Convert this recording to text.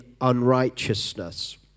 unrighteousness